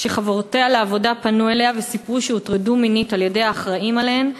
כשחברותיה לעבודה פנו אליה וסיפרו שהוטרדו מינית על-ידי האחראים עליהן,